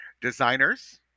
Designers